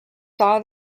saw